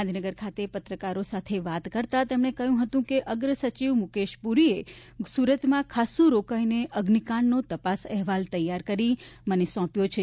ગાંધીનગર ખાતે પત્રકારો સાથે વાત કરતાં તેમણે કહ્યું હતું કે અગ્રસચિવ મુકેશ પુરીએ સુરતમાં ખાસ્સું રોકાઈને અગ્નિકાંડનો તપાસ અહેવાલ તૈયાર કરી મને સોંપ્યો છે